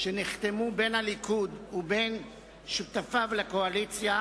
שנחתמו בין הליכוד ובין שותפיה לקואליציה